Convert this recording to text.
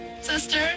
Sister